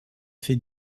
fait